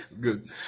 Good